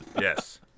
Yes